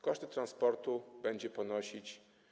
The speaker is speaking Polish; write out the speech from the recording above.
Koszty transportu będzie ponosić.